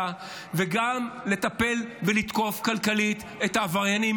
וגם לטפל ולתקוף כלכלית את העבריינים.